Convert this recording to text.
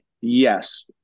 yes